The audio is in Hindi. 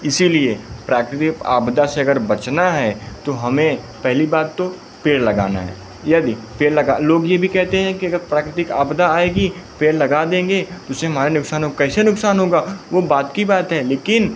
इसीलिए प्राकृतिप आपदा से अगर बचना है तो हमें पहली बात तो पेड़ लगाना है यदि पेड़ लगा लोग यह भी कहते हैं कि अगर प्राकृतिक आपदा आएगी पेड़ लगा देंगे तो हमारा नुक़सान हो कैसे नुक़सान होगा वह बाद की बात है लेकिन